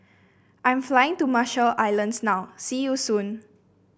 I'm flying to Marshall Islands now see you soon